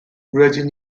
rydyn